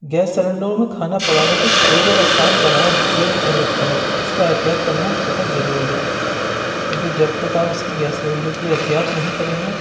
gas سیلنڈروں میں کھانا پکانے کو تیز اور آسان بنا دیا جا سکتا ہے اِس کا احتیاط کرنا بہت ضروری ہے کیونکہ جب تک آپ اِس کی گیس سیلنڈر کی احتیاط نہیں کریں گے